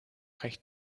recht